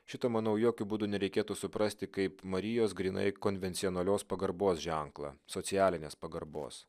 šito manau jokiu būdu nereikėtų suprasti kaip marijos grynai konvencionalios pagarbos ženklą socialinės pagarbos